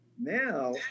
now